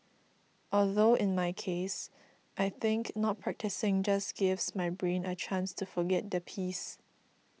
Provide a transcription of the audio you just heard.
although in my case I think not practising just gives my brain a chance to forget the piece